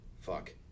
Fuck